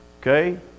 okay